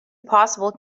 possible